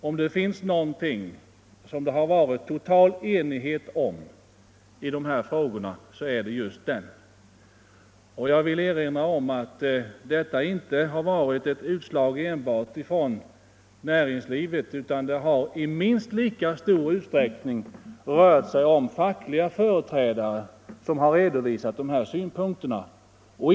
Om det i någon fråga i detta sammanhang rått total enighet är det just om denna. Jag vill erinra om att denna inställning inte enbart omfattats av näringslivets företrädare, utan det har i minst lika stor utsträckning från fackliga företrädare redovisats synpunkter till förmån för förslaget.